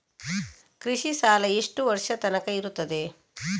ಕೃಷಿ ಸಾಲ ಎಷ್ಟು ವರ್ಷ ತನಕ ಇರುತ್ತದೆ?